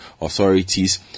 authorities